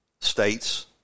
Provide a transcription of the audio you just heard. states